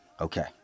Okay